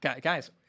Guys